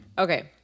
Okay